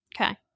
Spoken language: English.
okay